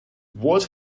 what